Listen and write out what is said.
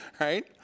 right